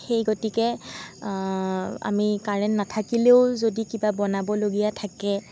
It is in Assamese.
সেই গতিকে আমি কাৰেণ্ট নাথাকিলেও যদি কিবা বনাবলগীয়া থাকে